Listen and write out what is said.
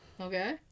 Okay